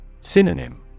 Synonym